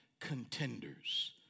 contenders